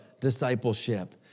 discipleship